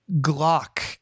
Glock